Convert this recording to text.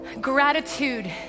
Gratitude